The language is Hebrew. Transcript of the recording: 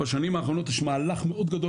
בשנים האחרונות יש מהלך מאוד גדול